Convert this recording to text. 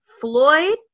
Floyd